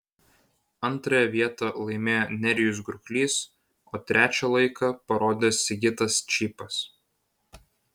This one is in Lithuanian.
antrąją vietą laimėjo nerijus gurklys o trečią laiką parodė sigitas čypas